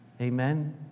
Amen